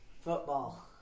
Football